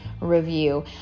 review